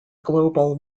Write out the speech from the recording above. global